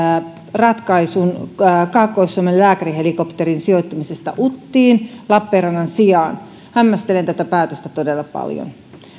ratkaisun kaakkois suomen lääkärihelikopterin sijoittamisesta uttiin lappeenrannan sijaan hämmästelen tätä päätöstä todella paljon